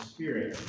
Spirit